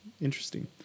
interesting